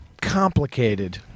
complicated